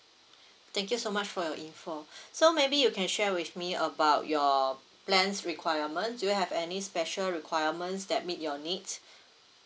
thank you so much for your info so maybe you can share with me about your plan's requirement do you have any special requirements that meet your need